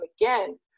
again